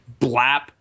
Blap